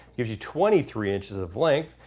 gives you twenty three inches of length,